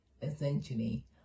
Essentially